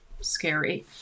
scary